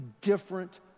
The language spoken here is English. different